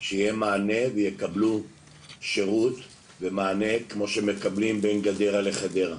שיהיה מענה ויקבלו שירות ומענה כמו שמקבלים בין גדרה לחדרה.